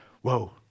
whoa